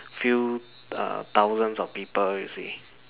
few uh thousands of people you see